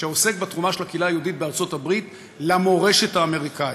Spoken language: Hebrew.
שעוסק בתרומה של הקהילה היהודית בארצות-הברית למורשת האמריקנית.